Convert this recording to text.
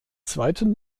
zweiten